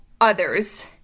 others